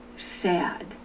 Sad